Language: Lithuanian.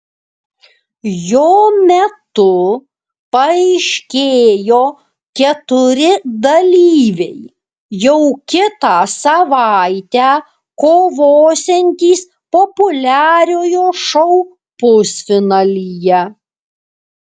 jo metu paaiškėjo keturi dalyviai jau kitą savaitę kovosiantys populiariojo šou pusfinalyje